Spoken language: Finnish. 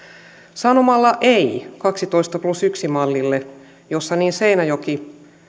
sanomalla ei kaksitoista plus yksi mallille jossa niin seinäjoki